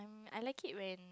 I like it when